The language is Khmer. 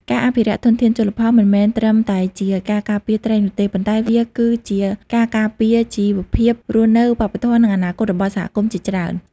ការអភិរក្សធនធានជលផលមិនមែនត្រឹមតែជាការការពារត្រីនោះទេ ប៉ុន្តែវាគឺជាការការពារជីវភាពរស់នៅ វប្បធម៌ និងអនាគតរបស់សហគមន៍ជាច្រើន។